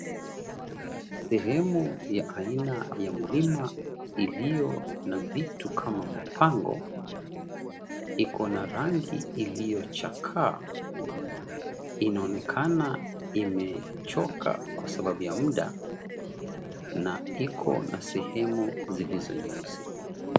Sehemu ya aina ya mlima iliyo na vitu kama mapango, ikona rangi iliyochakaa. Inaonekana imechoka kwa sababu ya muda na iko na sehemu zilizo nyeusi.